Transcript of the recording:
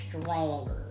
stronger